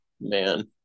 Man